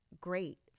great